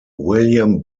william